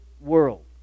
world